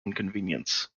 inconvenience